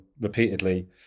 repeatedly